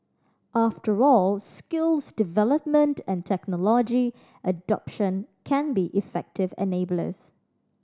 after all skills development and technology adoption can be effective enablers